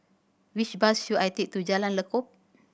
which bus should I take to Jalan Lekub